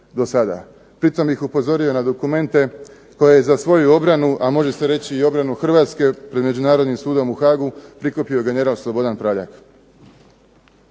Pri tom ih upozorio na dokumente koje je za svoju obranu a može se reći i obranu Hrvatske pred Međunarodnim sudom u Haagu prikupio general Slobodan Praljak.